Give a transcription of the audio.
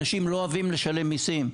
אנשים לא אוהבים לשלם מיסים,